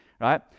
right